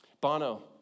Bono